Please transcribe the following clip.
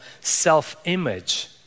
self-image